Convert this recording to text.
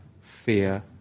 fear